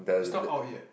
it's not out yet